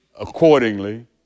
accordingly